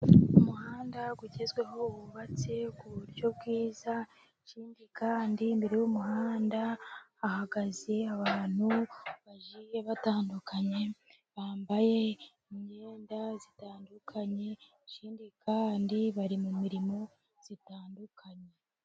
Umuhanda ugezweho wubatse ku buryo bwiza. Ikindi kandi imbere y'umuhanda hahagaze abantu bagiye batandukanye, bambaye imyenda itandukanye. Ikindi kandi bari mu mirimo itandukanye.